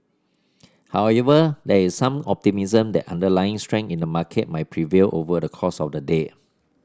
however there is some optimism that underlying strength in the market might prevail over the course of the day